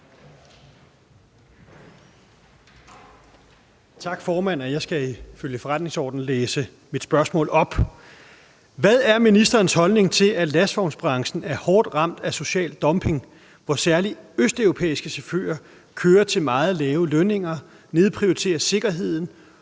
Tak, formand. Jeg skal ifølge forretningsordenen læse mit spørgsmål op: Hvad er ministerens holdning til, at lastvognsbranchen er hårdt ramt af social dumping, hvor særlig østeuropæiske chauffører kører til meget lave lønninger, nedprioriterer sikkerheden